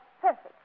perfect